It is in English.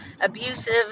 abusive